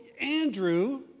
Andrew